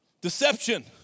deception